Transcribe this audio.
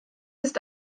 ist